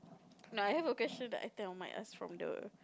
nah I have a question that I think I might ask from the